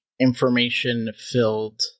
information-filled